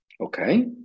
Okay